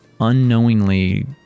unknowingly